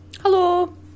Hello